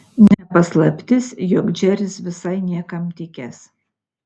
ne paslaptis jog džeris visai niekam tikęs